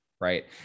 right